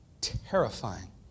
terrifying